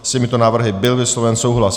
S těmito návrhy byl vysloven souhlas.